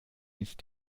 ist